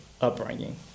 upbringing